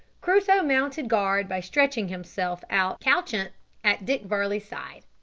crusoe mounted guard by stretching himself out couchant at dick varley's side.